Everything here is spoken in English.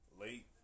late